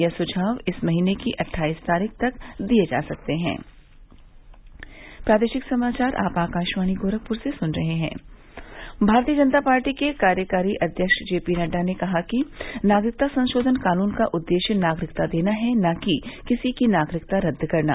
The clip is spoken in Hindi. यह सुझाव इस महीने की अट्ठाईस तारीख तक दिये जा सकते हें भारतीय जनता पार्टी के कार्यकारी अध्यक्ष जेपी नड्डा ने कहा है कि नागरिकता संशोधन कानून का उद्देश्य नागरिकता देना है न कि किसी की नागरिकता रद्द करना